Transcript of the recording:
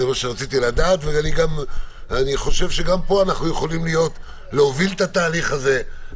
אני חושב שגם פה אנחנו יכולים להוביל את התהליך הזה,